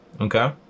Okay